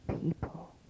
people